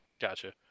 Gotcha